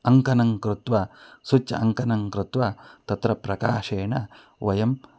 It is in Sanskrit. अङ्कनं कृत्वा स्विच् अङ्कनं कृत्वा तत्र प्रकाशेण वयम्